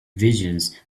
visions